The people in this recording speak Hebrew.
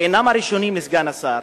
שאינן ראשונות לסגן השר,